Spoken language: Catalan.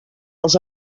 els